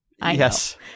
Yes